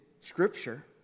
scripture